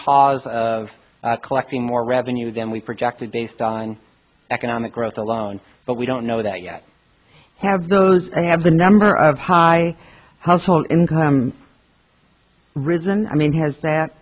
cause of collecting more revenue than we projected based on economic growth alone but we don't know that yet have those and have the number of high household income risen i mean has that